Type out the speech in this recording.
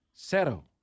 zero